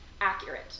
Accurate